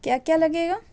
کیا کیا لگے گا